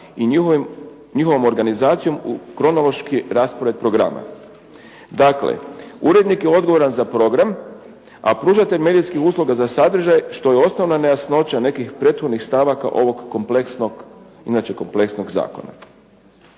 i njihovom organizacijom u kronološki raspored programa. Dakle, urednik je zadužen za program a pružatelj medijskih usluga za sadržaje što je osnovna nejasnoća nekih prethodnih stavaka ovog kompleksnog zakona.